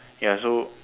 ya so